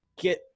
get